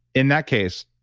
in that case,